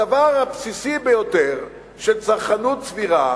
הדבר הבסיסי ביותר של צרכנות סבירה